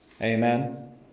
Amen